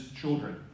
children